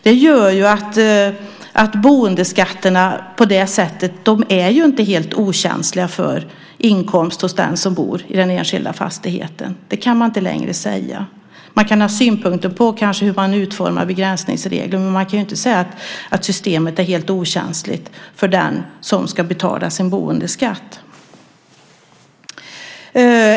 Det gör att boendeskatterna inte är helt okänsliga för inkomst hos den som bor i den enskilda fastigheten. Det kan man inte längre säga att de är. Man kanske kan ha synpunkter på hur man utformar begränsningsregeln, men man kan inte säga att systemet är helt okänsligt för den som ska betala sin boendeskatt.